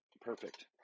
perfect